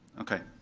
okay.